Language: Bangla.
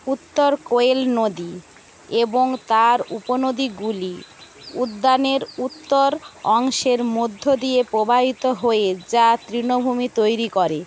উত্তর কোয়েল নদী এবং তার উপনদীগুলি উদ্যানের উত্তর অংশের মধ্য দিয়ে প্রবাহিত হয়ে যা তৃণভূমি তৈরি করে